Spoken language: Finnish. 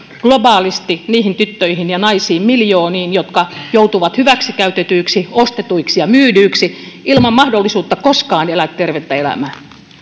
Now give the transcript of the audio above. globaalisti niihin tyttöihin ja naisiin miljooniin jotka joutuvat hyväksikäytetyiksi ostetuiksi ja myydyiksi ilman mahdollisuutta koskaan elää tervettä elämää